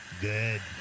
Good